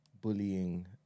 bullying